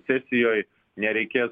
sesijoje nereikės